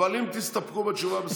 אם תסתפקו בתשובה בסדר,